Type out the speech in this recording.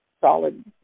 solid